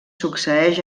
succeeix